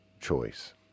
choice